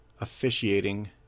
officiating